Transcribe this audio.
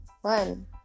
one